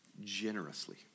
generously